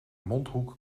mondhoek